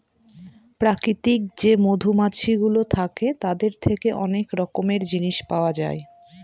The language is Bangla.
প্রাকৃতিক যে মধুমাছিগুলো থাকে তাদের থেকে অনেক রকমের জিনিস পায়